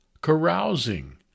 carousing